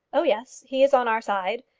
oh, yes he's on our side.